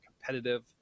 competitive